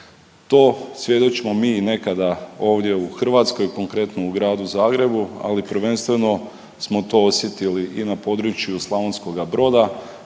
To svjedočimo mi nekada ovdje u Hrvatskoj, konkretno u gradu Zagrebu, ali prvenstveno smo to osjetili i na području Slavonskoga Broda